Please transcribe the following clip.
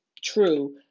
true